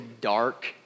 dark